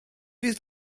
fydd